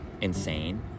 insane